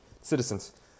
citizens